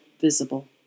visible